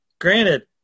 granted